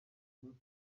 natwo